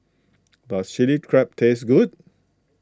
does Chilli Crab taste good